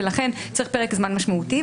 ולכן צריך פרק זמן משמעותי,